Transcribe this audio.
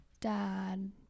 dad